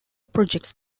projects